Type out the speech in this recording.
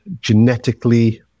genetically